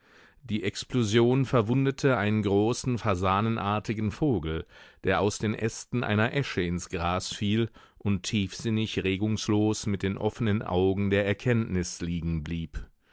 die explosion verwundete einen großen fasanenartigen vogel der aus den ästen einer esche ins gras fiel und tiefsinnig regungslos mit den offenen augen der erkenntnis liegen blieb